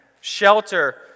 Shelter